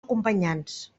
acompanyants